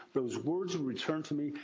those words would return to me,